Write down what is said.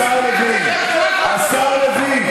השר לוין.